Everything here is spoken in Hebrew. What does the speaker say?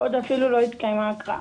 עוד אפילו לא התקיימה הקראה.